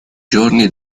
giorni